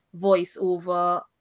voiceover